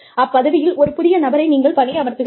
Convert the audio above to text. அப்பதவியில் ஒரு புதிய நபரை நீங்கள் பணியமர்த்துகிறீர்கள்